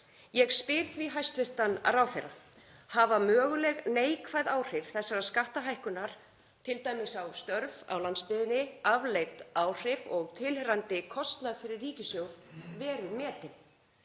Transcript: Ég spyr því hæstv. ráðherra: Hafa möguleg neikvæð áhrif þessarar skattahækkunar, t.d. á störf á landsbyggðinni, afleidd áhrif og tilheyrandi kostnað fyrir ríkissjóð verið metin?